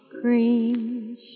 Cream